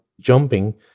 jumping